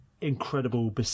incredible